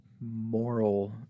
moral